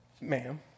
Ma'am